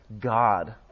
God